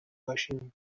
باشیم